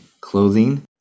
clothing